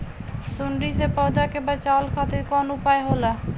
सुंडी से पौधा के बचावल खातिर कौन उपाय होला?